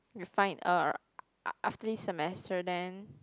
we find uh after this semester then